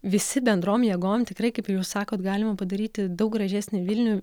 visi bendrom jėgom tikrai kaip ir jūs sakot galima padaryti daug gražesnį vilnių